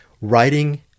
writing